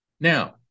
Now